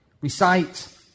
recite